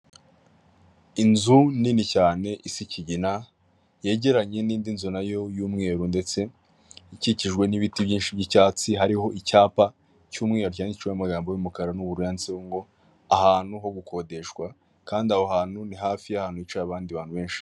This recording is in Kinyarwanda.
Inzu nini cyane isa ikigina yegeranye n'indi nzu nayo y'umweru ndetse ikikijwe n'ibiti byinshi by'icyatsi hariho icyapa cy'umweru cyanditseho amagambo y'umukara n'ubururu ngo ahantu ho gukodeshwa kandi aho hantu ni hafi y'ahantu hicaye abandi bantu benshi.